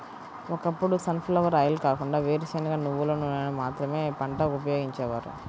ఒకప్పుడు sunflower oil కాకుండా వేరుశనగ, నువ్వుల నూనెను మాత్రమే వంటకు ఉపయోగించేవారు